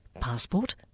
Passport